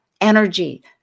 energy